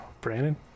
Brandon